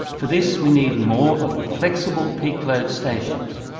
for this we need more of the flexible peak-load stations.